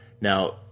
Now